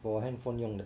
for handphone 用的